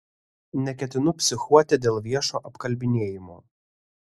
neketinu psichuoti dėl viešo apkalbinėjimo